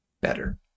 Better